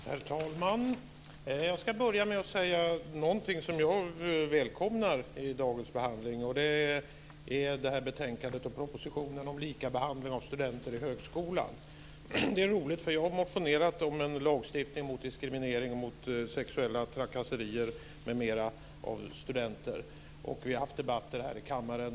Herr talman! Jag ska börja med att tala om något som jag välkomnar i dagens behandling. Det är det här betänkandet och propositionen om likabehandling av studenter i högskolan. Det är roligt, för jag har motionerat om en lagstiftning mot diskriminering, sexuella trakasserier m.m. av studenter. Vi har haft debatter om det här i kammaren.